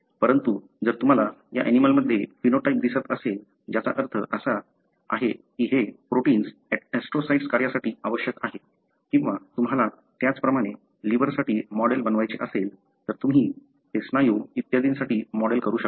परंतु जर तुम्हाला या ऍनिमलंमध्ये फिनोटाइप दिसत असेल ज्याचा अर्थ असा आहे की हे प्रोटिन्स ऍस्ट्रोसाइट कार्यासाठी आवश्यक आहे किंवा तुम्हाला त्याचप्रमाणे लिव्हर साठी मॉडेल बनवायचे असेल तर तुम्ही ते स्नायू इत्यादींसाठी मॉडेल करू शकता